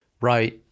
Right